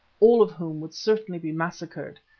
all of whom would certainly be massacred,